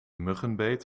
muggenbeet